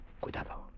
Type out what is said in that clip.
Cuidado